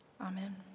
Amen